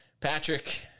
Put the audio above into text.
Patrick